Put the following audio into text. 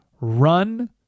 run